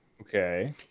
Okay